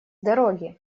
дороги